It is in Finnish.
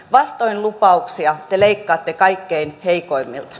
vastoin lupauksia te leikkaatte kaikkein heikoimmilta